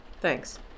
Thanks